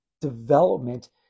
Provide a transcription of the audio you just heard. development